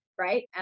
right